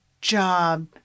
job